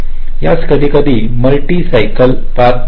यास कधीकधी मल्टि सायकलपथ म्हणतात